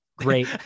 great